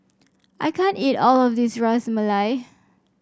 I can't eat all of this Ras Malai